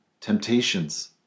temptations